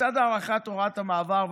לצד הארכת הוראת המעבר,